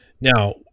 Now